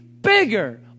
bigger